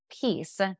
peace